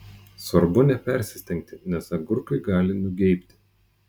svarbu nepersistengti nes agurkai gali nugeibti